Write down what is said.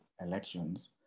elections